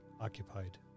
occupied